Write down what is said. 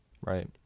Right